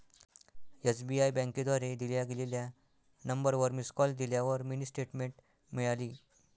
SBI बँकेद्वारे दिल्या गेलेल्या नंबरवर मिस कॉल दिल्यावर मिनी स्टेटमेंट मिळाली